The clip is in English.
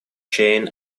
chain